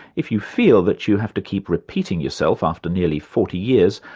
if you feel that you have to keep repeating yourself after nearly forty years,